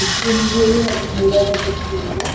कितनी उम्र वाली महिला कर सकती है इनको